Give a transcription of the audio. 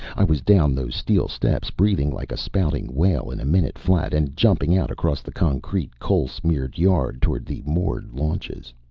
i was down those steel steps, breathing like a spouting whale, in a minute flat, and jumping out across the concrete, coal-smeared yard toward the moored launches.